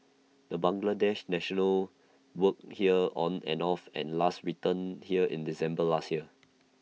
the Bangladesh national worked here on and off and last returned here in December last year